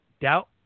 doubt